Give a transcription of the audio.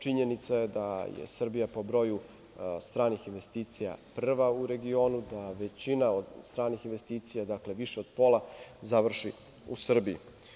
Činjenica je da je Srbija po broju stranih investicija prva u regionu, da većina od stranih investicija, dakle, više od pola završi u Srbiji.